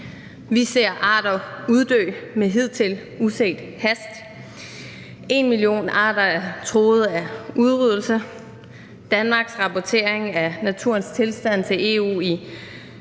Vi ser arter uddø med hidtil uset hast; en million arter er truet af udryddelse; Danmarks rapportering af naturens tilstand til EU i